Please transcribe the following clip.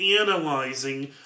analyzing